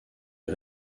les